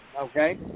okay